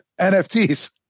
NFTs